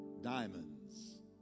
diamonds